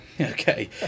Okay